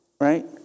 Right